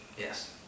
Yes